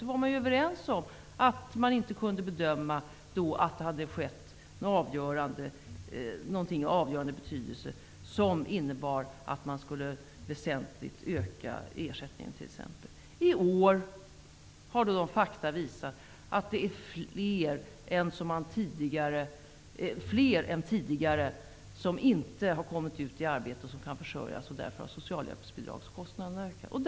Man var överens om att det då inte var möjligt att bedöma att det hade skett någonting av avgörande betydelse som innebar t.ex. att ersättningen väsentligt skulle höjas. I år, det visar fakta, är det fler än tidigare som inte har kommit ut i arbete och som inte kan försörja sig. Således har kostnaderna för socialhjälpsbidragen ökat.